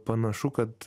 panašu kad